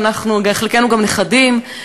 לחלקנו גם נכדים,